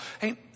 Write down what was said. Hey